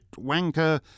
wanker